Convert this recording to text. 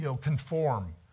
conform